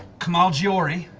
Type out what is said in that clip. kamaljiori